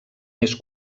més